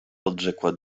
odrzekła